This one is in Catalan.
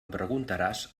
preguntaràs